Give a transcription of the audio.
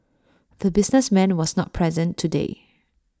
the businessman was not present today